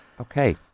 Okay